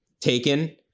taken